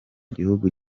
gihugu